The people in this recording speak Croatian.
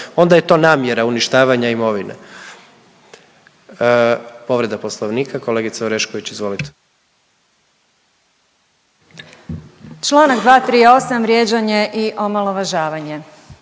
onda je to namjera uništavanja imovine.